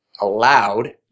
allowed